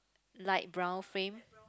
light brown frame